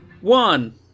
one